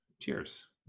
cheers